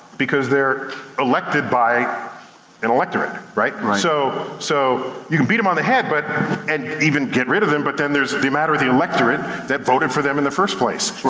because they're elected by an electorate, right? right. so so, you can beat em on the head, but and even get rid of them, but then there's the matter of the electorate that voted for them in the first place. right.